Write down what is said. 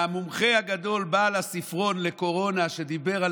והמומחה הגדול בעל הספרון לקורונה שדיבר על